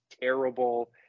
terrible